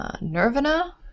Nirvana